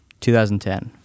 2010